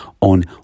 on